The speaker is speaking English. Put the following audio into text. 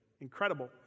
incredible